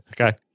Okay